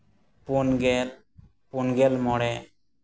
ᱯᱩᱱ ᱜᱮᱞ ᱯᱩᱱ ᱜᱮᱞ ᱢᱚᱬᱮ